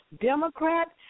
Democrat